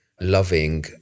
loving